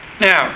Now